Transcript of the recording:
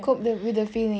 cope with the feelings